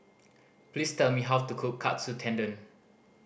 please tell me how to cook Katsu Tendon